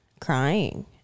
crying